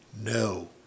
no